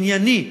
ענייני,